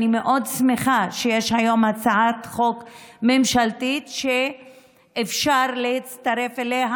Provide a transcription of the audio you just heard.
אני מאוד שמחה שיש היום הצעת חוק ממשלתית שאפשר להצטרף אליה,